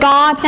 God